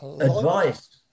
Advice